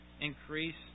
increase